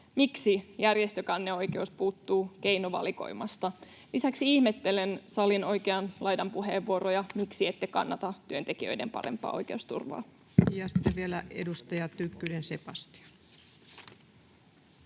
miksi järjestökanneoikeus puuttuu keinovalikoimasta. Lisäksi ihmettelen salin oikean laidan puheenvuoroja: miksi ette kannata työntekijöiden parempaa oikeusturvaa? [Speech 235] Speaker: Ensimmäinen